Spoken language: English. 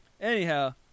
Anyhow